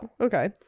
okay